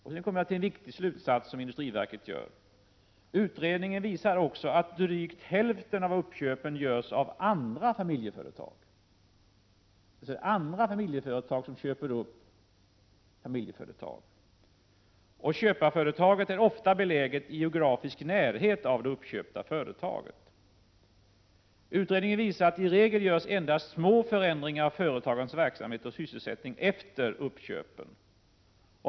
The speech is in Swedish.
Jag kommer nu till en viktig slutsats som industriverket gör. Utredningen visar att drygt hälften av uppköpen görs av andra familjeföretag. Det är således andra familjeföretag som köper upp familjeföretag. Köparföretaget är ofta beläget i geografisk närhet till det uppköpta företaget. Utredningen visar att det i regel endast görs små förändringar i företagens verksamhet och sysselsättning efter uppköpen.